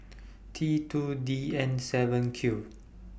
T two D N seven Q